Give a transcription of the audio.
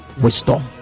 wisdom